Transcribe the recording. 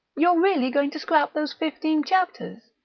you're really going to scrap those fifteen chapters?